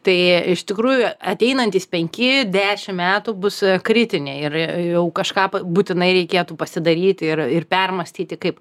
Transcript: tai iš tikrųjų ateinantys penki dešim metų bus kritiniai ir jau kažką būtinai reikėtų pasidaryti ir ir permąstyti kaip